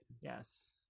Yes